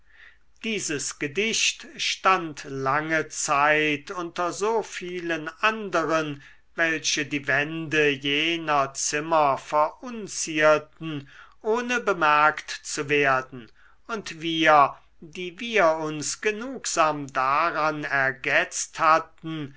dieses gedicht stand lange zeit unter so vielen anderen welche die wände jener zimmer verunzierten ohne bemerkt zu werden und wir die wir uns genugsam daran ergetzt hatten